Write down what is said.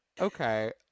Okay